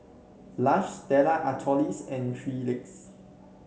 Lush Stella Artois and Three Legs